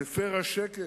מפר השקט.